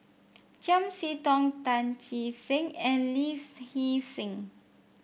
Chiam See Tong Tan Che Sang and Lee Hee Seng